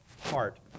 heart